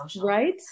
Right